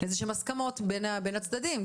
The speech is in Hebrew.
להסכמות כלשהן בין הצדדים.